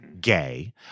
gay